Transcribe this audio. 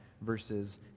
verses